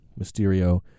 Mysterio